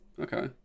Okay